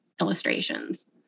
illustrations